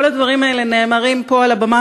כל הדברים האלה נאמרים פה על הבמה,